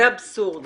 זה אבסורד.